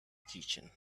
kitchen